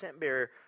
barrier